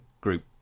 group